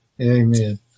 Amen